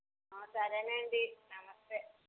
సరేనండి నమస్తే